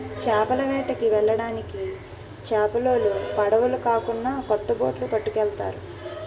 చేపల వేటకి వెళ్ళడానికి చేపలోలు పడవులు కాకున్నా కొత్త బొట్లు పట్టుకెళ్తారు